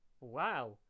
Wow